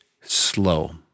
slow